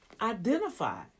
identify